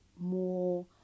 more